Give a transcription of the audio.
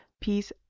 peace